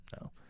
No